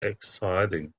exciting